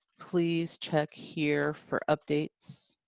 please check here for updates.